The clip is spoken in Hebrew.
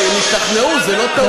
לא, הם השתכנעו, זו לא טעות.